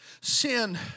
sin